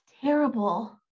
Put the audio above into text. terrible